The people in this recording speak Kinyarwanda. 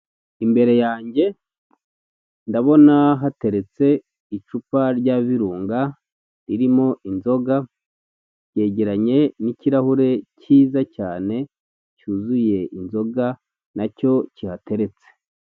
Imbere yange ndabona hateretse icupa rya virunga ririmo inzoga, ryegeranye n'ikirahure kiza cyane cyuzuye inzoga nacyo kihateretse.